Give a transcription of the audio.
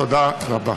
תודה רבה.